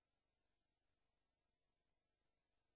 אנחנו שומעים הצהרות של תמיכה בארגוני טרור,